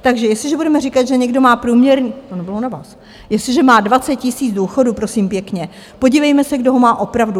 Takže jestliže budeme říkat, že někdo má průměrný to nebylo na vás (?), jestliže má 20 000 důchodu, prosím pěkně, podívejme se, kdo ho má opravdu!